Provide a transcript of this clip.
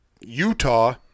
Utah